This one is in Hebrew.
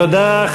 תודה.